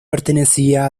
pertenecía